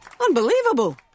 Unbelievable